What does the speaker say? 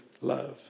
love